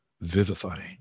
vivifying